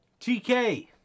tk